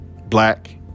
black